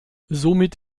somit